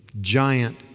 giant